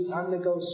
undergo